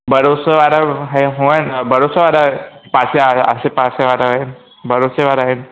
भरोसे वारा होअन भरोसे वारा पासे वारा आसे पासे वारा आहिनि भरोसे वारा आहिनि